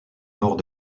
nord